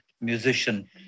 musician